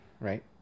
right